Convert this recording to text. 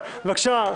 הדמוקרטיה לא מתה.